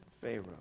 Pharaoh